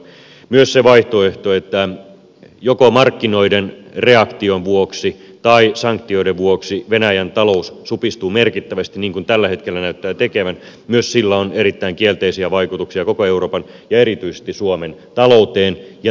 myös sillä vaihtoehdolla että joko markkinoiden reaktion vuoksi tai sanktioiden vuoksi venäjän talous supistuu merkittävästi niin kuin se tällä hetkellä näyttää tekevän on erittäin kielteisiä vaikutuksia koko euroopan ja erityisesti suomen talouteen ja työllisyystilanteeseen